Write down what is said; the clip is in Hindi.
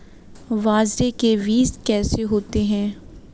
बाजरे के बीज कैसे होते हैं?